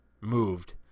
moved